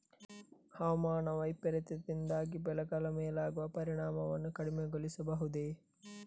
ಹವಾಮಾನ ವೈಪರೀತ್ಯದಿಂದಾಗಿ ಬೆಳೆಗಳ ಮೇಲಾಗುವ ಪರಿಣಾಮವನ್ನು ಕಡಿಮೆಗೊಳಿಸಬಹುದೇ?